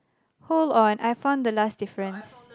hold on I found the last difference